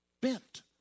Bent